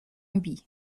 mbi